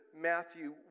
Matthew